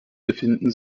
befinden